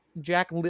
Jack